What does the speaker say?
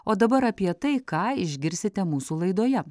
o dabar apie tai ką išgirsite mūsų laidoje